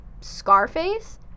Scarface